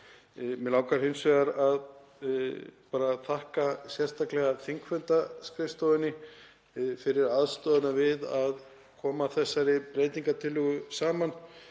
Mig langar hins vegar að þakka sérstaklega þingfundaskrifstofunni fyrir aðstoðina við að koma þessari breytingartillögu saman